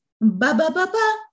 Ba-ba-ba-ba